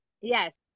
yes